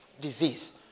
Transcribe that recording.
disease